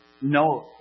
No